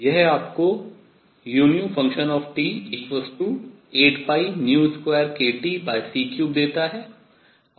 यह आपको u 82kTc3 देता है